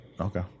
Okay